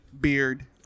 beard